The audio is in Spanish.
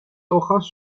hojas